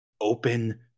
open